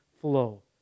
flow